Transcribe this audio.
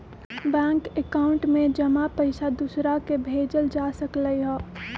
bank account में जमा पईसा दूसरा के भेजल जा सकलई ह